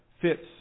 fits